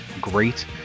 great